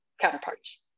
counterparts